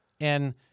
And-